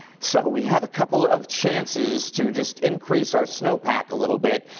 so we have a couple of chances to just increase our snow pack a little bit.